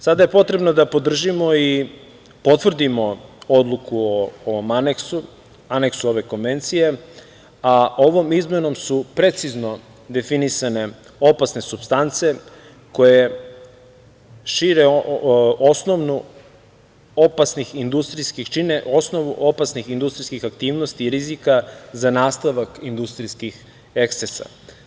Sada je potrebno da podržimo i potvrdimo odluku o ovom Aneksu, Aneksu ove Konvencije, a ovom izmenom su precizno definisane opasne supstance koje šire osnovu opasnih industrijskih aktivnosti i rizika za nastavak industrijskih ekscesa.